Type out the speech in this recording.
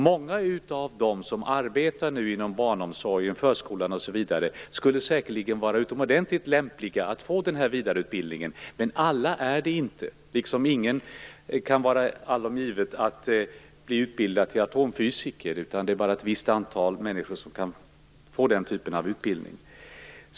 Många av dem som nu arbetar inom barnomsorg, förskola osv. skulle säkerligen vara utomordentligt lämpade för att få den här vidareutbildningen, men alla är det inte, på samma sätt som det inte är allom givet att kunna utbilda sig till atomfysiker. Det är bara ett visst antal människor som kan genomgå den typen av utbildning.